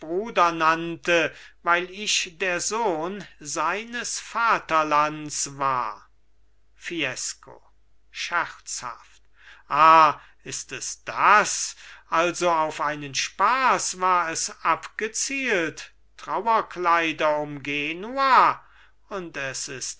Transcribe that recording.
bruder nannte weil ich der sohn seines vaterlands war fiesco scherzhaft ah ist es das also auf einen spaß war es abgezielt trauerkleider um genua und es ist